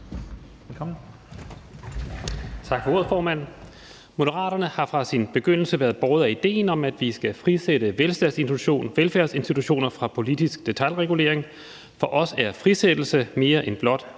(M): Tak for ordet, formand. Moderaterne har fra begyndelsen været båret af idéen om, at vi skal frisætte velfærdsinstitutioner fra politisk detailregulering. For os er frisættelse mere end blot